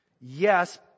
Yes